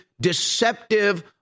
deceptive